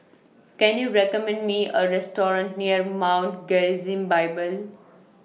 Can YOU recommend Me A Restaurant near Mount Gerizim Bible